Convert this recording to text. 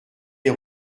des